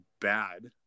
bad